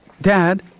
Dad